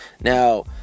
Now